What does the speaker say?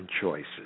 choices